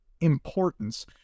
importance